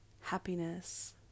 happiness